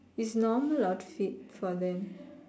it's normal outfit for them